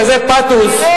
כזה פתוס,